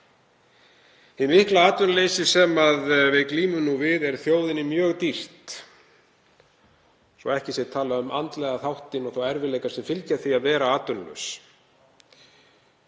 Hið mikla atvinnuleysi sem við glímum nú við er þjóðinni mjög dýrt, svo ekki sé talað um andlega þáttinn og þá erfiðleika sem fylgja því að vera atvinnulaus.